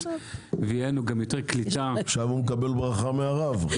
ויותר קליטה -- עכשיו הוא מקבל ברכה מהרב.